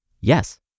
yes